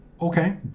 okay